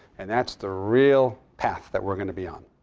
and that's the real path that we're going to be on.